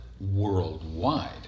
worldwide